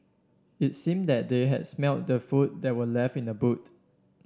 it seem that they had smelt the food that were left in the boot